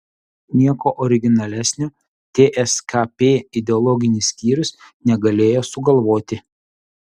nieko originalesnio tskp ideologinis skyrius negalėjo sugalvoti